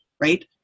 right